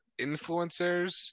influencers